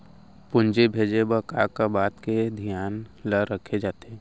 पूंजी भेजे बर का का बात के धियान ल रखे जाथे?